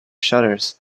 shutters